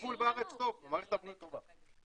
כי הטיפול בארץ טוב, מערכת הבריאות טובה.